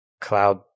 cloud